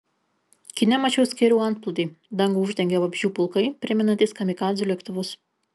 kine mačiau skėrių antplūdį dangų uždengė vabzdžių pulkai primenantys kamikadzių lėktuvus